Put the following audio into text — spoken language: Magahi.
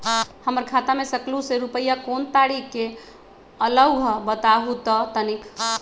हमर खाता में सकलू से रूपया कोन तारीक के अलऊह बताहु त तनिक?